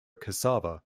cassava